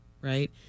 Right